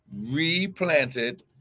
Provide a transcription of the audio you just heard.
replanted